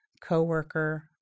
co-worker